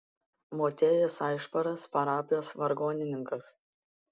motiejus aišparas parapijos vargonininkas